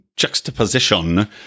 juxtaposition